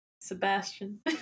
Sebastian